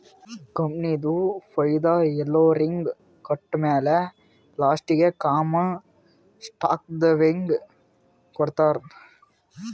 ಕಂಪನಿದು ಫೈದಾ ಎಲ್ಲೊರಿಗ್ ಕೊಟ್ಟಮ್ಯಾಲ ಲಾಸ್ಟೀಗಿ ಕಾಮನ್ ಸ್ಟಾಕ್ದವ್ರಿಗ್ ಕೊಡ್ತಾರ್